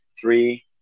Three